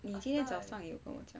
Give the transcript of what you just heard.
今天早上有跟我讲